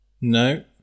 No